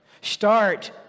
Start